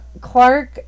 Clark